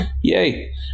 yay